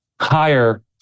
higher